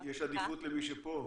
יש עדיפות למי שפה.